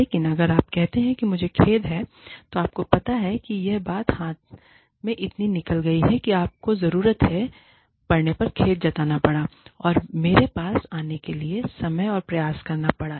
लेकिन अगर आप कहते हैं कि मुझे खेद है तो आपको पता है कि यह बात हाथ से इतनी निकल गई कि आपको जरूरत पड़ने पर खेद जताना पड़ा और मेरे पास आने के लिए समय और प्रयास करना पड़ा